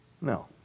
No